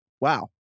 Wow